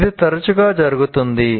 ఇది తరచుగా జరుగుతుంది